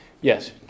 Yes